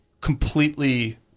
completely